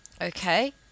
okay